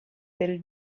del